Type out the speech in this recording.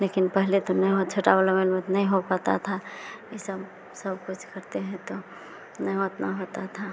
लेकिन पहले तो नहीं हो छोटा वाला मोबइल में तो नहीं हो पाता था ई सब सब कुछ करते हैं तो नहीं उतना होता था